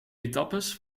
etappes